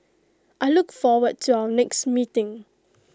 I look forward to our next meeting